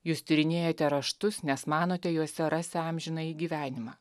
jūs tyrinėjate raštus nes manote juose rasią amžinąjį gyvenimą